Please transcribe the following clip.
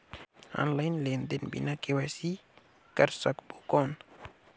Online लेनदेन बिना KYC कर सकबो कौन??